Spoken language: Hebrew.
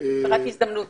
הקורונה היא רק הזדמנות.